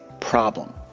problem